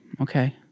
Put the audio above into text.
Okay